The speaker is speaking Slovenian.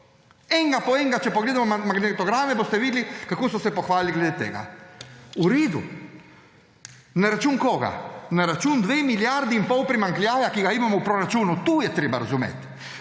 Enega po enega, če pogledamo magnetograme, boste videli, kako so se pohvalili glede tega. V redu. Na račun koga? Na račun dveh milijard in pol primanjkljaja, ki ga imamo v proračunu, to je treba razumeti.